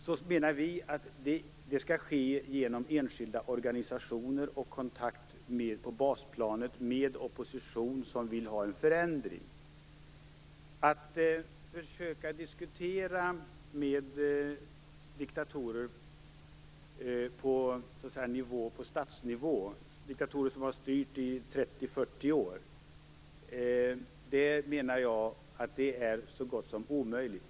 Vi menar att kontakten skall ske genom enskilda organisationer och kontakter på basplanet med en opposition som vill ha en förändring. Att försöka diskutera med diktatorer som har styrt i 30-40 år på statsnivå är så gott som omöjligt.